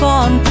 on